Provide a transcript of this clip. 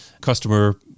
customer